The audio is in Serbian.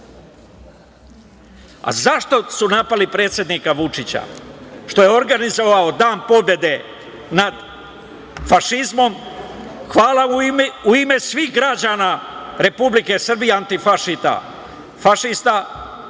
Zašto su napali predsednika Vučića? Što je organizovao Dan pobede nad fašizmom. Hvala, u ime svih građana Republike Srbije antifašista, zato